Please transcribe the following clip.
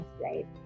right